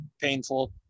painful